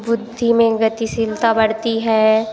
बुद्धि में गतिशीलता बढ़ती है